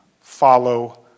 follow